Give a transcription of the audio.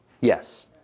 Yes